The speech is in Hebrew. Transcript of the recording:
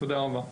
תודה רבה.